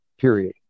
period